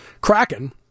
Kraken